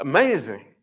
Amazing